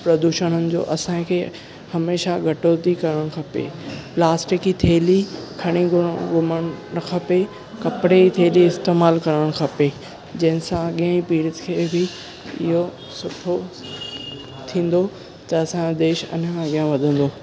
प्रदूषणनि जो असांखे हमेशह घटोती करणु खपे प्लास्टिक जी थेली खणी घुमणु न खपे कपिड़े जी थेली इस्तेमालु करणु खपे जंहिंसां अॻे जी पीढ़ी खे बि सुठो थींदो त असांजो देश अञा अॻियां वधंदो